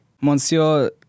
Monsieur